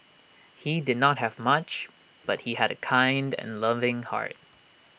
he did not have much but he had A kind and loving heart